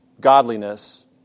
godliness